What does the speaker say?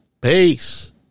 Peace